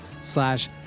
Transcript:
slash